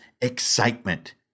excitement